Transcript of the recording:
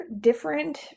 different